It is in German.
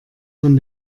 von